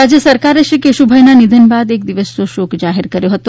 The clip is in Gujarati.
રાજ્ય સરકારે શ્રી કેશુભાઈના નિધન બાદ એક દિવસનો શોક જાહેર કર્યો હતો